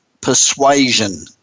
Persuasion